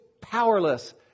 powerless